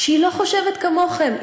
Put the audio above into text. שהיא לא חושבת כמוכם.